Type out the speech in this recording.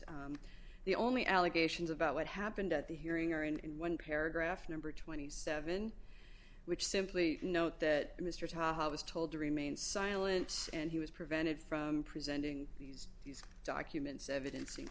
the only allegations about what happened at the hearing are in in one paragraph number twenty seven which simply note that mr todd was told to remain silent and he was prevented from presenting these these documents evidenc